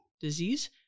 disease